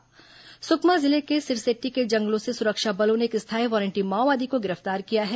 सुकमा जिले के सिरसेट्टी के जंगलों से सुरक्षा बलों ने एक स्थायी वारंटी माओवादी को गिरफ्तार किया है